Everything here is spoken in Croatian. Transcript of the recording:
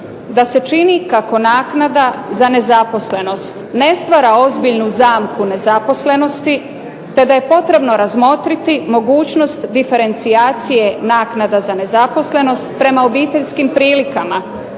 da se čini kako naknada za nezaposlenost ne stvara ozbiljnu zamku nezaposlenosti, te da je potrebno razmotriti mogućnost diferencijacije naknada za nezaposlenost prema obiteljskim prilikama,